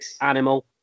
animal